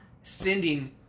sending